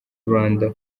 rwanda